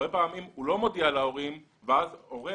הרבה פעמים הוא לא מודיע להורים ואז הורה